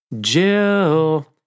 Jill